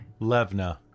Levna